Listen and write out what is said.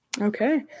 okay